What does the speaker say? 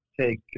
take